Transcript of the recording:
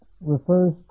refers